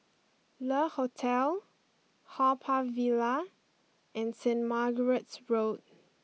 Le Hotel Haw Par Villa and Saint Margaret's Road